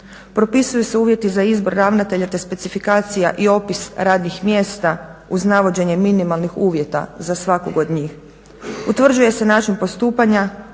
Propisuju se uvjeti za izbor ravnatelja te specifikacija i opis radnih mjesta, uz navođenje minimalnih uvjeta za svakog od njih. Utvrđuje se način postupanja,